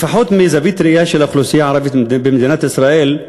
לפחות מזווית הראייה של האוכלוסייה הערבית במדינת ישראל,